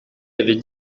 avait